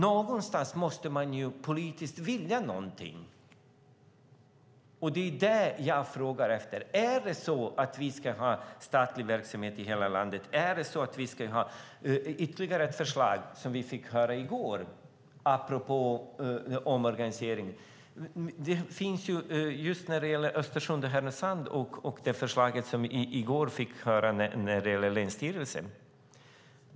Någonstans måste man ju politiskt vilja någonting. Det är det jag frågar efter. Är det så att vi ska ha statlig verksamhet i hela landet? Det finns ytterligare ett förslag apropå omorganisering, som vi fick höra i går. Det förslag som vi fick höra i går gäller länsstyrelserna i Östersund och Härnösand.